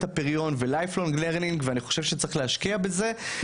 הפריון ו- Lifelong learning ואני חושב שצריך להשקיע בזה.